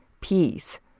peace